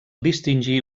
distingir